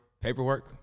Paperwork